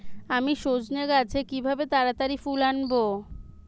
আমি সজনে গাছে কিভাবে তাড়াতাড়ি ফুল আনব?